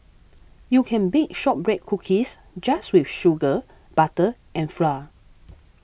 you can bake Shortbread Cookies just with sugar butter and flour